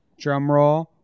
drumroll